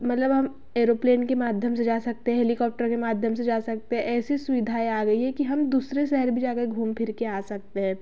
मतलब हम एरोप्लेन के माध्यम से जा सकते हैं हेलीकॉप्टर के माध्यम से जा सकते हैं ऐसी सुविधाएँ आ गई हैं कि हम दूसरे शहर भी जा कर घूम फिर कर आ सकते हैं